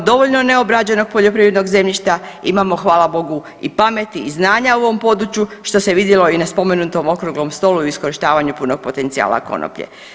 Imamo dovoljno neobrađenog poljoprivrednog zemljišta, imamo hvala bogu i pameti i znanja u ovom području što se vidjelo i na spomenutom okruglom stolu i iskorištavanju punog potencijala konoplje.